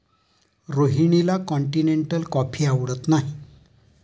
रोहिणीला continental coffee आवडत नाही